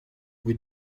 with